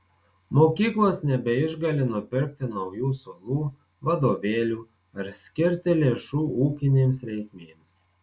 mokyklos nebeišgali nupirkti naujų suolų vadovėlių ar skirti lėšų ūkinėms reikmėms